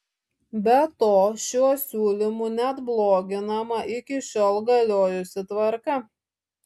be to šiuo siūlymu net bloginama iki šiol galiojusi tvarka